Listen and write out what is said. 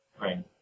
Right